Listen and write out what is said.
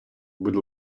будь